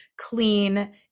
clean